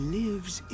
lives